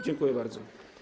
Dziękuję bardzo.